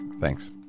Thanks